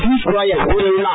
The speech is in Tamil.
பியூஷ் கோயல் கூறியுனார்